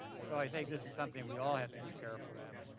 so i think this is something we all have to be careful of.